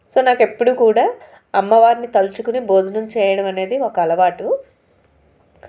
so నాకు ఎప్పుడూ కూడా అమ్మవారిని తలుచుకుని భోజనం చేయడం అనేది ఒక అలవాటు